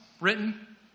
written